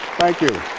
thank you.